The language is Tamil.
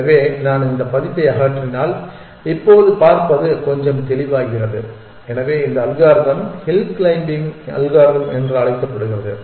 எனவே நான் இந்த பதிப்பை அகற்றினால் இப்போது பார்ப்பது கொஞ்சம் தெளிவாகிறது எனவே இந்த அல்காரிதம் ஹில் க்ளைம்பிங் அல்காரிதம் என்று அழைக்கப்படுகிறது